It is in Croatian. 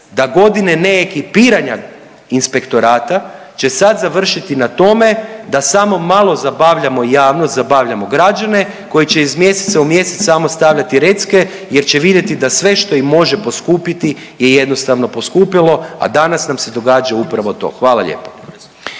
da godine ne ekipiranja inspektorata će sad završiti na tome da samo malo zabavljamo javnost, zabavljamo građane koji će iz mjeseca u mjesec samo stavljati recke jer će vidjeti da sve što im može poskupiti je jednostavno poskupilo, a danas nam se događa upravo to. Hvala lijepo.